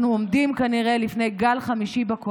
אנחנו עומדים, כנראה, לפני גל חמישי של קורונה,